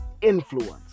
influence